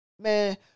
man